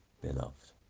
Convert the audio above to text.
Beloved